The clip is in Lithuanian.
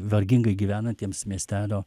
vargingai gyvenantiems miestelio